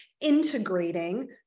integrating